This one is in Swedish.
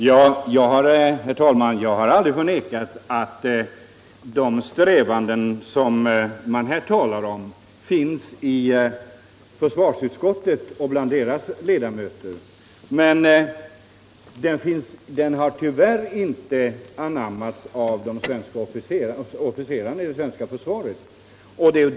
Herr talman! Jag har aldrig förnekat att de strävanden som man här talar om finns i försvarsutskottet och bland dess ledamöter, men de har tyvärr inte anammats av officerarna i det svenska försvaret.